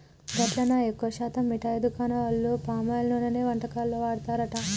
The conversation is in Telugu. గట్లనే ఎక్కువ శాతం మిఠాయి దుకాణాల వాళ్లు పామాయిల్ నూనెనే వంటకాల్లో వాడతారట